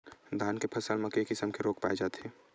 धान के फसल म के किसम के रोग पाय जाथे?